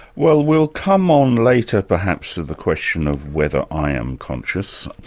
well, we'll come on later perhaps to the question of whether i am conscious.